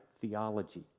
theology